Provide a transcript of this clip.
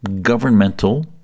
governmental